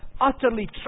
utterly